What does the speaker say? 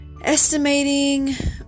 estimating